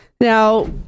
now